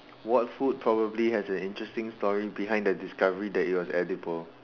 what food probably has an interesting story behind the discovery that it was edible